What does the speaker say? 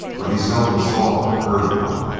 but he seldom saw or heard of one.